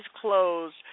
closed